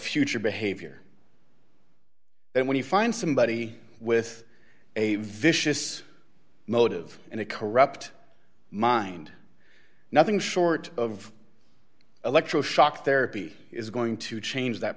future behavior and when you find somebody with a vicious motive and a corrupt mind nothing short of electroshock therapy is going to change that